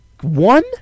One